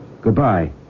Goodbye